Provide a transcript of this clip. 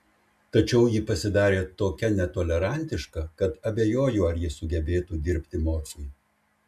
tačiau ji pasidarė tokia netolerantiška kad abejoju ar ji sugebėtų dirbti morfui